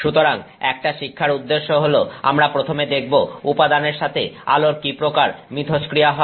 সুতরাং একটা শিক্ষার উদ্দেশ্য হলো আমরা প্রথমে দেখব উপাদানের সাথে আলোর কি প্রকার মিথস্ক্রিয়া হয়